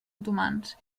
otomans